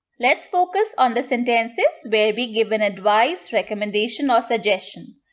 let's focus on the sentences where we give an advice, recommendation, or suggestion.